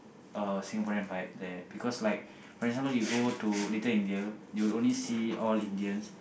uh Singaporean vibe there because like for example you go to Little-India you will only see all Indians